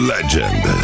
Legend